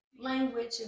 language